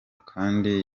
kandi